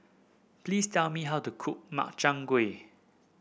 please tell me how to cook Makchang Gui